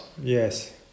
Yes